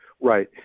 Right